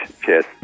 Cheers